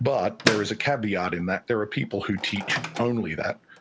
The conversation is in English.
but there is a caveat in that there are people who teach only that.